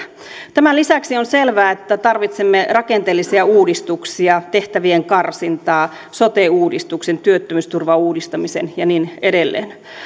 tämän lisäksi on selvää että tarvitsemme rakenteellisia uudistuksia tehtävien karsintaa sote uudistuksen työttömyysturvauudistamisen ja niin edelleen